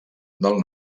del